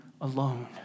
alone